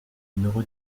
numéro